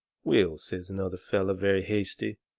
will, says another feller, very hasty,